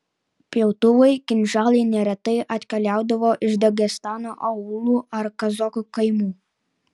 pjautuvai kinžalai neretai atkeliaudavo iš dagestano aūlų ar kazokų kaimų